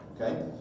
Okay